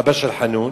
אבא של חנון,